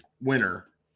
winner